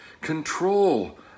control